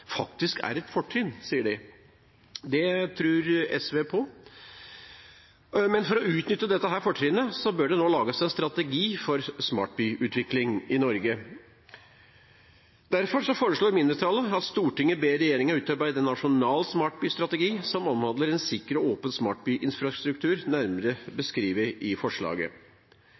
faktisk er et fortrinn. Det tror SV på. Men for å utnytte dette fortrinnet bør det nå lages en strategi for smartbyutvikling i Norge. Derfor foreslår mindretallet at «Stortinget ber regjeringen utarbeide en nasjonal smartbystrategi som omhandler en sikker og åpen smartbyinfrastruktur», nærmere beskrevet i forslaget.